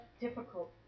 difficult